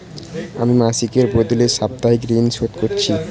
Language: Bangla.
আমি মাসিকের বদলে সাপ্তাহিক ঋন শোধ করছি